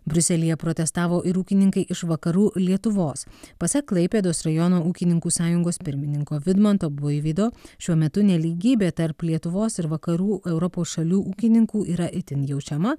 briuselyje protestavo ir ūkininkai iš vakarų lietuvos pasak klaipėdos rajono ūkininkų sąjungos pirmininko vidmanto buivydo šiuo metu nelygybė tarp lietuvos ir vakarų europos šalių ūkininkų yra itin jaučiama